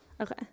okay